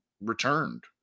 returned